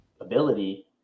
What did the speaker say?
ability